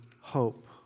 hope